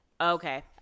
Okay